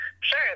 Sure